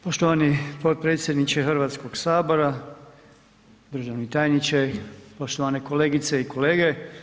Poštovani potpredsjedniče Hrvatskoga sabora, državni tajniče, poštovane kolegice i kolege.